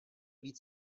víc